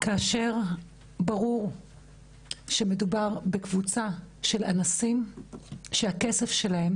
כאשר ברור שמדובר בקבוצה של אנסים שהכסף שלהם